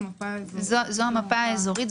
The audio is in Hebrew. זו המפה האזורית.